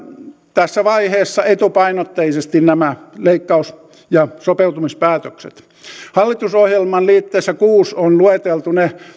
tässä vaiheessa etupainotteisesti nämä leikkaus ja sopeutumispäätökset hallitusohjelman liitteessä kuusi on lueteltu ne